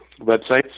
websites